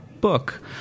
book